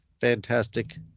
fantastic